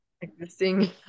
Existing